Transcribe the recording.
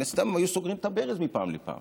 מן הסתם הם היו סוגרים את הברז מפעם לפעם,